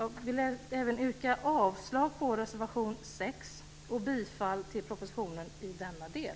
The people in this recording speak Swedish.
Jag vill även yrka avslag på reservation 6 och bifall till propositionen i denna del.